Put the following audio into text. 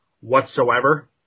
whatsoever